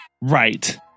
Right